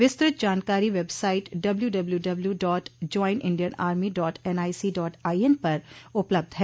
विस्तृत जानकारी वेबसाइट डब्ल्यूडब्ल्यूडब्ल्यूडॉट join Indian army dot NIC dot in पर उपलब्ध है